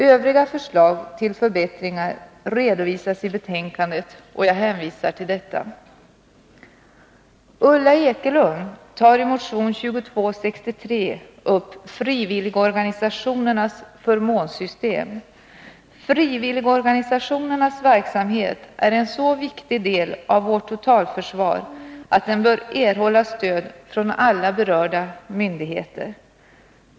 Övriga förslag till förbättringar redovisas i betänkandet, och jag hänvisar till detta. Ulla Ekelund tar i motion 2263 upp frivilligorganisationernas förmånssystem. Frivilligorganisationernas verksamhet är en så viktig del av vårt totalförsvar att den bör erhålla stöd från alla berörda myndigheter.